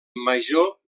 major